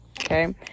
Okay